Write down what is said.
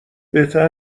بهتر